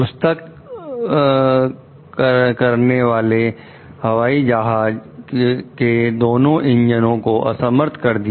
पुस्तक करने हवाई जहाज के दोनों इंजन को असमर्थ कर दिया